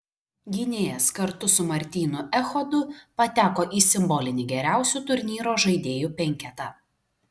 gynėjas kartu su martynu echodu pateko į simbolinį geriausių turnyro žaidėjų penketą